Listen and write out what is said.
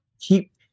keep